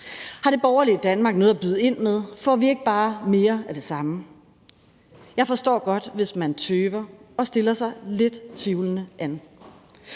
Har det borgerlige Danmark noget at byde ind med? Får vi ikke bare mere af det samme? Jeg forstår godt, hvis man tøver og stiller sig lidt tvivlende an,